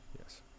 yes